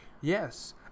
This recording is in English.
Yes